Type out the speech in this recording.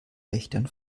wächtern